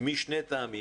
וזאת משני טעמים.